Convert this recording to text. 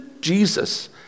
Jesus